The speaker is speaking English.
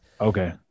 Okay